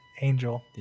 angel